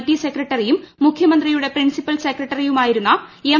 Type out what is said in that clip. T സെക്രട്ടറിയും മുഖ്യമന്ത്രിയുടെ principal സെക്രട്ടറിയുമായിരുന്നു എം